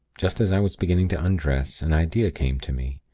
just as i was beginning to undress, an idea came to me,